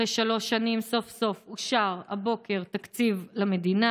אחרי שלוש שנים סוף-סוף אושר הבוקר תקציב למדינה.